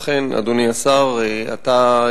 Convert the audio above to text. אכן, אדוני השר, אתה,